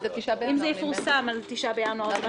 אם זה יפורסם עד התשעה בינואר ---.